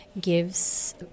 gives